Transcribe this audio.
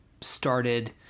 started